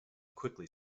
quickly